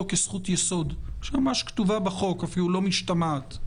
כזכות יסוד שממש כתובה בחוק ואפילו לא משתמעת.